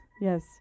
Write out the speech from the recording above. Yes